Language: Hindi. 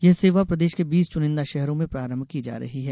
यह सेवा प्रदेश के बीस चुनिंदा शहरों में प्रारंभ की जा रही है